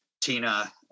Tina